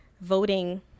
voting